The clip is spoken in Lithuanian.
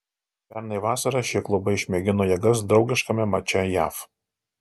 pernai vasarą šie klubai išmėgino jėgas draugiškame mače jav